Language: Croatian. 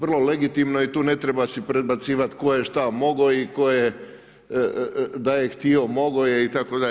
Vrlo legitimno i tu ne treba si predbacivati tko je šta mogao i tko je da je htio mogao je itd.